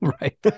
right